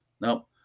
no